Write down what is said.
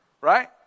Right